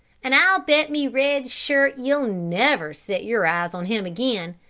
and i'll bet me red shirt ye'll never set your eyes on him again.